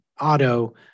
auto